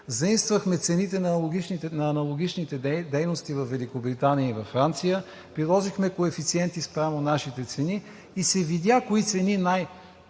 заимствахме цените на аналогичните дейности във Великобритания и във Франция, приложихме коефициенти спрямо нашите цени и се видя кои цени –